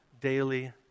Daily